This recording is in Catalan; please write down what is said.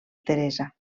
teresa